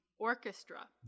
orchestra